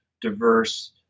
diverse